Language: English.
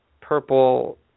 purple